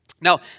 Now